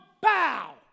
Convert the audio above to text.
bow